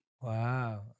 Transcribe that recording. Wow